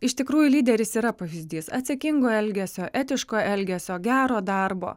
iš tikrųjų lyderis yra pavyzdys atsakingo elgesio etiško elgesio gero darbo